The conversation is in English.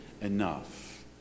enough